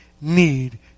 need